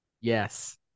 Yes